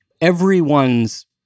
everyone's